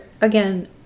again